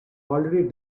already